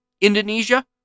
Indonesia